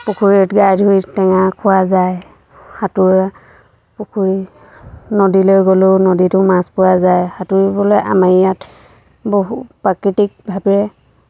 পুখুৰীত গা ধুই টেঙা খোৱা যায় সাঁতোৰা পুখুৰী নদীলৈ গ'লেও নদীটো মাছ পোৱা যায় সাঁতুৰিবলৈ আমাৰ ইয়াত বহু প্ৰাকৃতিকভাৱে